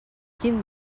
quin